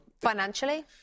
Financially